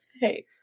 Hey